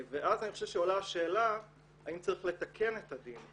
ואז אני חושב שעולה השאלה האם צריך לתקן את הדין.